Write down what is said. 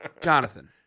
Jonathan